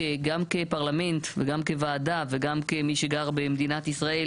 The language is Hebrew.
גם כפרלמנט וגם כוועדה וגם כמי שגר במדינת ישראל